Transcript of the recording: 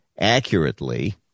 accurately